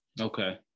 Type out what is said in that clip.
Okay